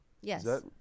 Yes